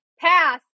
pass